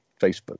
Facebook